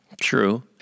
True